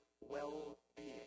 well-being